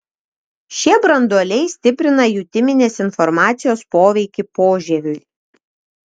šie branduoliai stiprina jutiminės informacijos poveikį požieviui